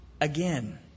again